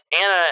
Anna